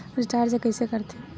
Recharge कइसे कर थे?